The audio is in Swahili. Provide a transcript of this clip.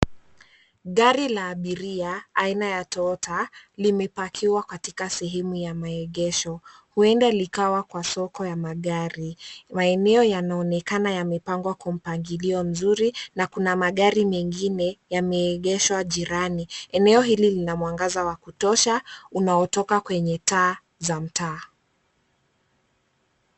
Gari la abiria aina ya Toyota, limepakiwa katika sehemu ya maegesho. Huenda likawa kwa soko ya magari. Maeneo yanaonekana yamepangwa kwa mpangilio mzuri na kuna magari mengine yameegeshwa jirani. Eneo hili lina mwangaza wa kutosha unaotoka kwenye taa za mtaa.